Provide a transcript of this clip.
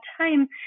time